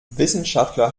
wissenschaftler